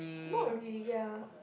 not really ya